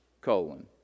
colon